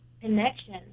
connection